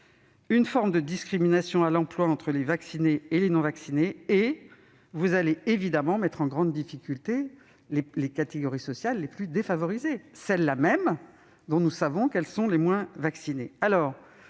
une forme de discrimination à l'emploi entre les vaccinés et les non-vaccinés, ce qui aura évidemment pour effet de mettre en grande difficulté les catégories sociales les plus défavorisées, celles-là même dont nous savons qu'elles sont les moins vaccinées.